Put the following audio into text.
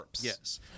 Yes